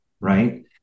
Right